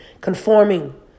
conforming